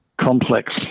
complex